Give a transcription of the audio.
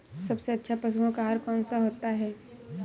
सबसे अच्छा पशुओं का आहार कौन सा होता है?